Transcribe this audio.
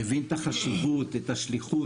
מבין את החשיבות, את השליחות.